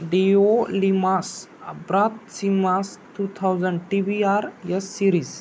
Dio लीमास अब्रात सिमास two thousand T V R S series